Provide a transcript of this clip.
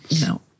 No